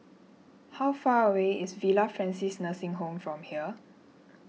how far away is Villa Francis Nursing Home from here